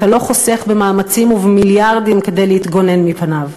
אתה לא חוסך במאמצים ומיליארדים כדי להתגונן מפניו.